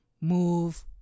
move